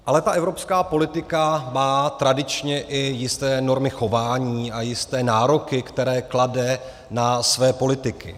Ale ta evropská politika má tradičně i jisté normy chování, ale jisté nároky, které klade na své politiky.